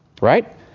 Right